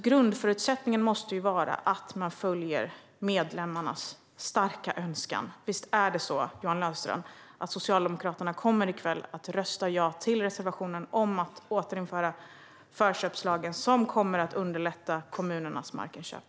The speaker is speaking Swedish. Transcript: Grundförutsättningen måste vara att man följer medlemmarnas starka önskan. Visst är det så, Johan Löfstrand, att Socialdemokraterna i kväll kommer att rösta ja till reservationen om att återinföra förköpslagen, som kommer att underlätta kommunernas markinköp?